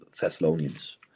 Thessalonians